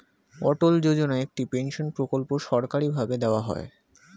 অটল যোজনা একটি পেনশন প্রকল্প সরকারি ভাবে দেওয়া হয়